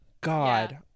god